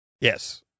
yes